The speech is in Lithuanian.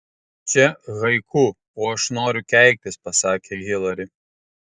čia haiku o aš noriu keiktis pasakė hilari